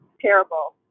terrible